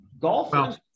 golfers